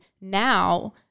now